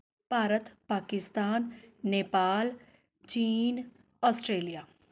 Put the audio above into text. ਭਾਰਤ ਪਾਕਿਸਤਾਨ ਨੇਪਾਲ ਚੀਨ ਆਸਟਰੇਲੀਆ